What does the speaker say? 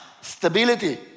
stability